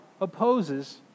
opposes